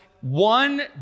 one